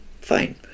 fine